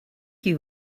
you